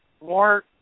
more